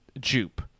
Jupe